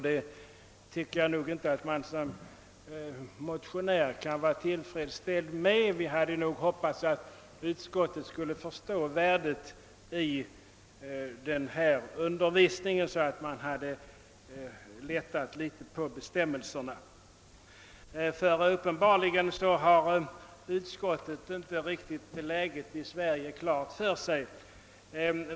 Det tycker jag inte att man som motionär kan vara tillfredsställd med. Vi hade nog hoppats att utskottet skulle förstå värdet av denna undervisning, så att man hade lättat litet på bestämmelserna. Utskottet har uppenbarligen inte läget i Sverige riktigt klart för sig.